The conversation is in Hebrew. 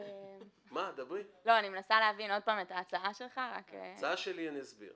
שזה יהיה אותו נוסח.